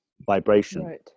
vibration